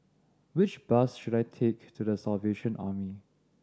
which bus should I take to The Salvation Army